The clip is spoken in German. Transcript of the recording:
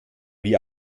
wie